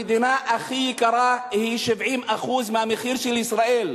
במדינה הכי היקרה המחיר הוא 70% מהמחיר בישראל,